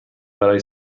برای